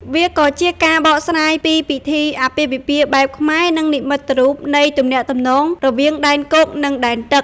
វាក៏ជាការបកស្រាយពីពិធីអាពាហ៍ពិពាហ៍បែបខ្មែរ និងនិមិត្តរូបនៃទំនាក់ទំនងរវាងដែនគោក និងដែនទឹក។